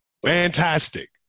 fantastic